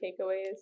takeaways